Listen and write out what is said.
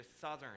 southern